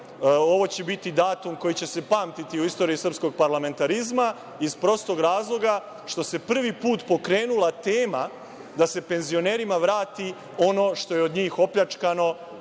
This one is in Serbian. Ovo će biti datum koji će se pamtiti u istoriji srpskog parlamentarizma iz prostog razloga što se prvi put pokrenula tema da se penzionerima vrati ono što je od njih opljačkano